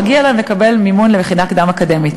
מגיע להם לקבל מימון למכינה קדם-אקדמית.